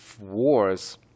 wars